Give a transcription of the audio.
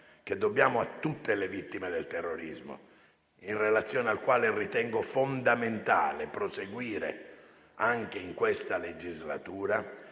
che dobbiamo a tutte le vittime del terrorismo, in relazione al quale ritengo fondamentale proseguire anche in questa legislatura